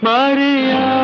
Maria